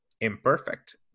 imperfect